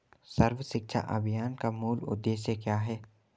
सर्व शिक्षा अभियान का मूल उद्देश्य क्या है?